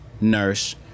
nurse